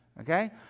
Okay